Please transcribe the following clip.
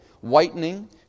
whitening